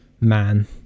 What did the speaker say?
man